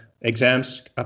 exams